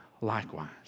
likewise